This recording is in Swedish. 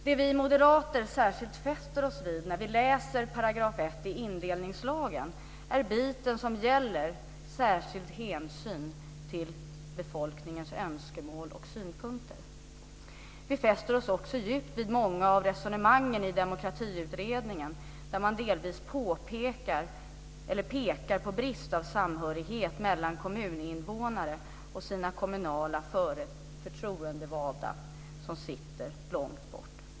Det vi moderater särskilt fäster oss vid när vi läser 1 § i indelningslagen är biten som gäller "särskild hänsyn till befolkningens önskemål och synpunkter". Vi fäster oss också djupt vid många av resonemangen i Demokratiutredningen, där man delvis pekar på brist på samhörighet mellan kommuninvånare och deras kommunala förtroendevalda, som sitter lång borta.